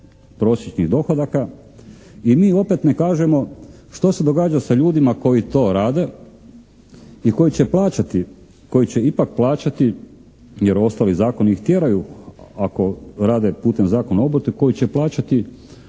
i mi opet ne kažemo što se događa sa ljudima koji to rade i koji će plaćati, koji će ipak plaćati jer ostali zakoni ih tjeraju, ako rade putem Zakona o obrtu, koji će plaćati